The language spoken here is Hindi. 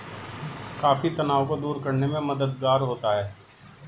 कॉफी तनाव को दूर करने में मददगार होता है